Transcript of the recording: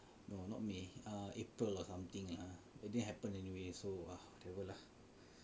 no not May err April or something ah it didn't happen anyway so ah whatever lah